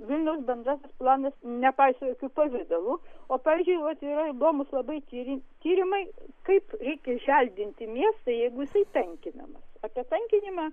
vilniaus bendrasis planas nepaiso jokiu pavidalu o jeigu atvirai įdomūs labai tyri tyrimai kaip reikia želdinti miestą jeigu jis tankinamas apie tankinimą